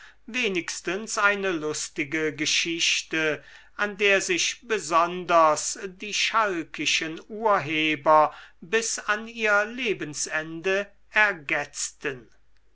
wenigstens eine lustige geschichte an der sich besonders die schalkischen urheber bis an ihr lebensende ergetzten